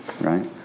Right